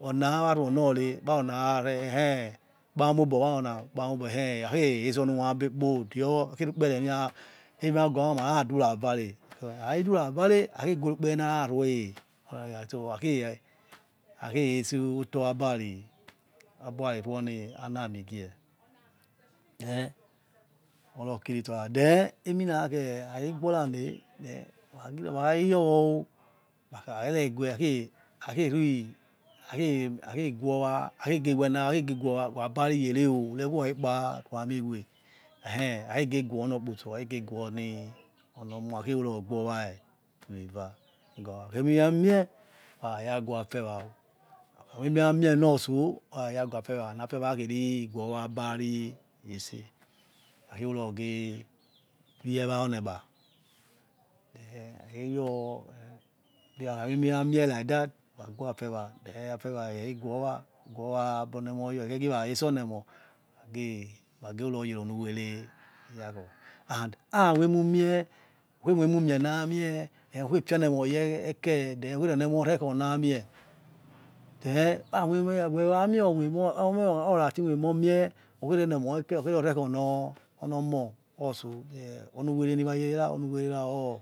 Ona waraona wore warona eh warona kpamiobor ehkhe akhe rese onumabe kpo diowo akarukperenira eraghoma maraduravare hakakhe devavare akhe guere ukpere na rarui onioya stowa hakhe he hakhe reseoto abari aborari ruioniamigie then oraokir itsiowa then eh eminakhe akhakegbo rane wenagiro wakheyor wakharene weh hakh hakh guowa hakhei ghe wenawa hakhege gweowa ruebariye ro ureurakhepa ruami weh ekhei hakhege guonor okposto hakhege guoni omo wha eveva ruakha moiemi wamie ruara gheniefewa wakhamoi emiyoamie nor tso ruaraya ghuafewa nefewa kheri ghowa ebariretse harurokhe wie wa oniegbai eh eh hakheyor ekhe then wakhamoiemiwa mie like that wayor afewa ekhe eh afewa ekhakhe ghiwa abonemoyor ekhejiwa retse oniemo gie wageru nage yere onuwere yakho and ha moinunie ukhe moiemimienamei who khe fionemoh oreke then ukheronie mor rekhaoni amie then khawe amie or mie mi romor orati moi emor mie okheroni emoike or khero rekho nor onor omoh or otso then onuwerera uwerniwayere ra.